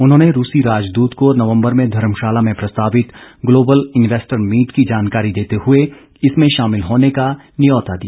उन्होंने रूसी राजदूत को नवम्बर में धर्मशाला में प्रस्तावित ग्लोबल इंवेस्टर मीट की जानकारी देते हुए इसमें शामिल होने का न्यौता दिया